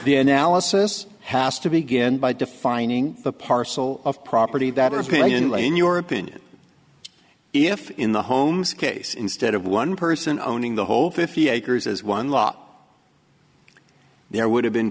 assess has to begin by defining the parcel of property that are purely in your opinion if in the homes case instead of one person owning the whole fifty acres as one lot there would have been